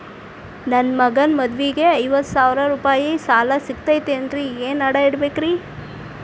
ನನ್ನ ಮಗನ ಮದುವಿಗೆ ಐವತ್ತು ಸಾವಿರ ರೂಪಾಯಿ ಸಾಲ ಸಿಗತೈತೇನ್ರೇ ಏನ್ ಅಡ ಇಡಬೇಕ್ರಿ?